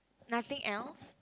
nothing else